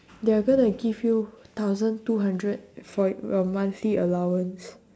they're gonna give you thousand two hundred for your monthly allowance